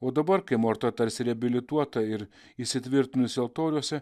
o dabar kai morta tarsi reabilituota ir įsitvirtinusi altoriuose